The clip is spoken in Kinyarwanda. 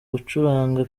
gucuranga